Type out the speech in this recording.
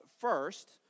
first